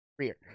career